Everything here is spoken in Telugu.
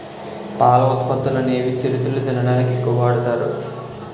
పాల ఉత్పత్తులనేవి చిరుతిళ్లు తినడానికి ఎక్కువ వాడుతారు